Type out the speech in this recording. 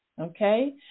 okay